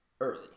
early